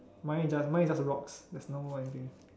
mine just mine is just rocks there is no anything